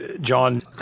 John